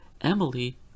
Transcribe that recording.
Emily